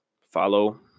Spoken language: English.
Follow